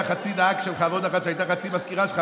חצי נהג שלך ועוד אחת שהייתה חצי מזכירה שלך